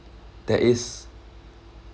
there is